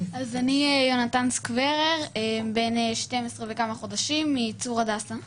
אני יהונתן סקברר, בן 12 וכמה חודשים, מצור הדסה.